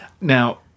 Now